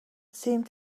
seemed